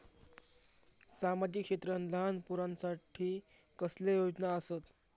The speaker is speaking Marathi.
सामाजिक क्षेत्रांत लहान पोरानसाठी कसले योजना आसत?